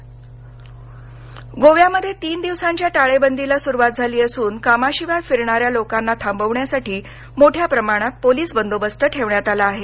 गोवा टाळेबंदी गोव्यामध्ये तीन दिवसांच्या टाळेबंदीला सुरवात झाली असून कामाशिवाय फिरणाऱ्या लोकांना थांबवण्यासाठी मोठ्या प्रमाणात पोलिस बंदोबस्त ठेवण्यात आला आहे